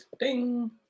Ding